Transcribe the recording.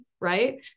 right